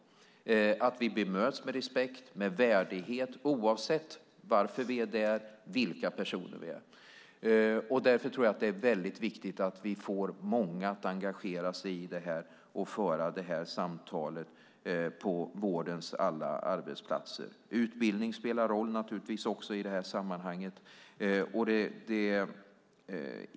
Det är viktigt att vi bemöts med respekt och med värdighet oavsett varför vi är där och vilka personer vi är. Därför tror jag att det är mycket viktigt att vi får många att engagera sig i detta och föra det här samtalet på vårdens alla arbetsplatser. Utbildning spelar naturligtvis också en roll i det här sammanhanget.